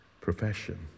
profession